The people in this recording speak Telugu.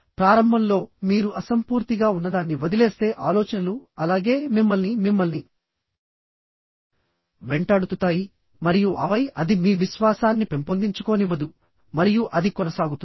ప్రారంభంలో మీరు అసంపూర్తిగా ఉన్నదాన్ని వదిలేస్తేఆలోచనలు అలాగే మిమ్మల్ని మిమ్మల్ని వెంటాడుతుతాయి మరియు ఆపై అది మీ విశ్వాసాన్ని పెంపొందించుకోనివ్వదు మరియు అది కొనసాగుతుంది